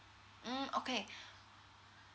mm okay